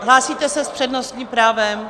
Hlásíte se s přednostním právem?